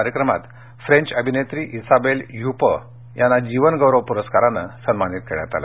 कार्यक्रमात फ्रेंच अभिनेत्री इसाबेल ह्यपं यांना जीवनगौरव प्रस्कारानं सन्मानित करण्यात आलं